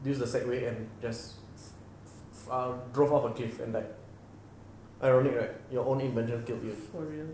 use the segway and just drove off a cliff and died ironic right your own emergent killed him